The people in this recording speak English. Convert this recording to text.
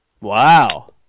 Wow